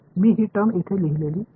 எனவேnஅந்த சக்தியை பாருங்கள்